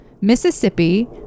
Mississippi